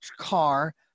car